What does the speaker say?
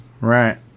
Right